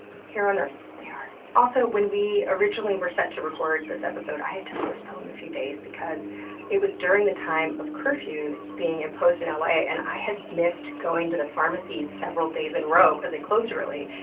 here on earth, they are. also, when we originally were set to record this episode i had to postpone a few days because it was during the time of curfews being imposed in la and i had missed going to the pharmacy several days in a row, because they closed early,